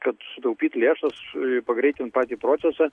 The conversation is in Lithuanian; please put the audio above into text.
kad sutaupyt lėšas pagreitint patį procesą